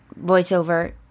voiceover